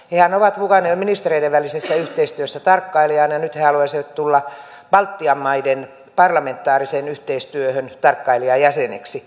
hehän ovat mukana jo ministereiden välisessä yhteistyössä tarkkailijana ja nyt he haluaisivat tulla baltian maiden parlamentaariseen yhteistyöhön tarkkailijajäseneksi